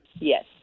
Yes